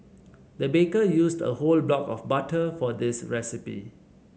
the baker used a whole block of butter for this recipe